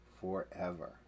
forever